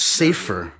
safer